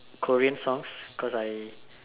Korean songs cause I